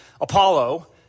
Apollo